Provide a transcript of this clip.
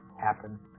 happen